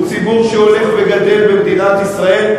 הוא ציבור שהולך וגדל במדינת ישראל,